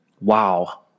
wow